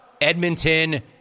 Edmonton